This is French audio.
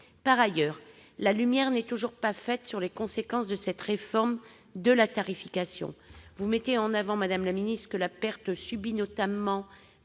Par ailleurs, la lumière n'est toujours pas faite sur les conséquences de cette réforme de la tarification. Vous mettez en avant, madame la ministre, que la perte subie, notamment,